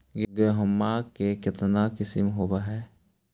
गेहूमा के कितना किसम होबै है?